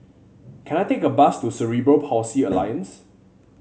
can I take a bus to Cerebral Palsy Alliance